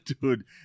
dude